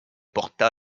porta